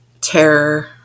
terror